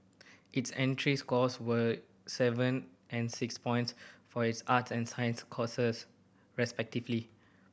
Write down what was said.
its entry scores were seven and six points for its arts and science courses respectively